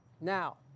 now